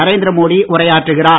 நரேந்திர மோடி உரையாற்றுகிறார்